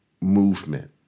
movement